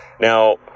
now